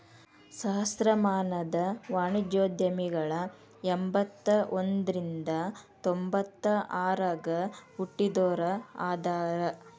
ಸಹಸ್ರಮಾನದ ವಾಣಿಜ್ಯೋದ್ಯಮಿಗಳ ಎಂಬತ್ತ ಒಂದ್ರಿಂದ ತೊಂಬತ್ತ ಆರಗ ಹುಟ್ಟಿದೋರ ಅದಾರ